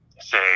say